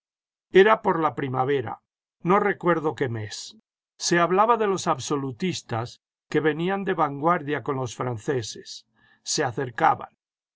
era por la primavera no recuerdo qué mes se hablaba de que los absolutistas que venían de vanguardia con los franceses se acercaban